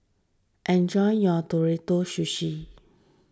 enjoy your Ootoro Sushi